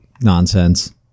nonsense